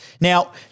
Now-